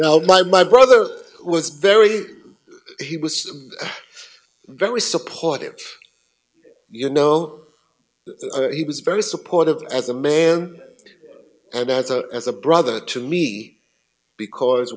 well my my brother was very he was very supportive you know he was very supportive as a man and as a as a brother to me because